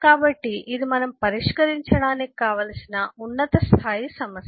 కాబట్టి ఇది మనము పరిష్కరించడానికి పరిష్కరించడానికి కావలసిన ఉన్నత స్థాయి సమస్య